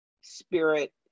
spirit